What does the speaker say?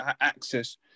access